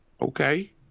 Okay